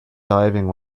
diving